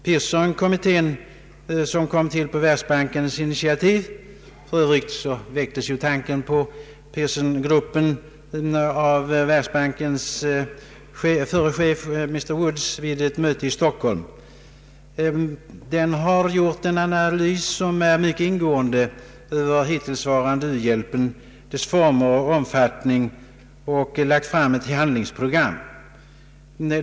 Pearsonkommittén, som kom till på Världsbankens initiativ — tanken på Pearsongruppen väcktes av Världsbankens förre chef Mr. Woods vid ett möte i Stockholm — har gjort en mycket ingående analys av den hittillsvarande uhjälpen, dess former och omfattning, samt lagt fram ett handlingsprogram.